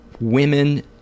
women